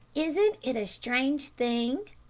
isn't it a strange thing,